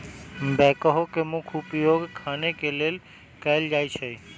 backhoe के मुख्य उपयोग खने के लेल कयल जाइ छइ